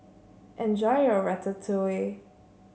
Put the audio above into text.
enjoy your Ratatouille